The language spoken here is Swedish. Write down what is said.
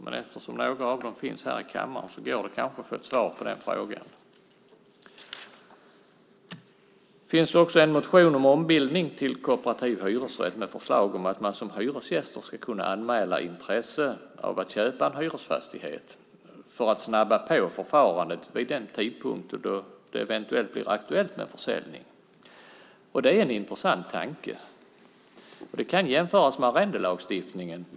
Eftersom några av dem finns här i kammaren går det kanske att få svar på det. Det finns också en motion om ombildning till kooperativ hyresrätt med förslag om att man som hyresgäst ska kunna anmäla intresse av att köpa en hyresfastighet för att snabba på förfarandet vid den tidpunkt då det eventuellt blir aktuellt med en försäljning. Det är en intressant tanke. Det kan jämföras med arrendelagstiftningen.